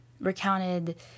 recounted